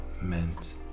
meant